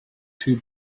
two